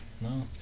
No